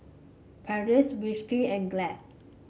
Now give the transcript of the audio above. Perdix Whiskas and Glad